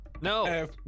No